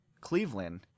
Cleveland